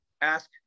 ask